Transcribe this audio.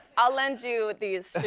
i'll lend you these